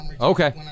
Okay